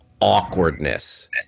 awkwardness